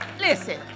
listen